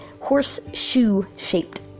horseshoe-shaped